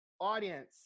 audience